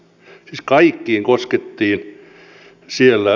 siis kaikkiin koskettiin siellä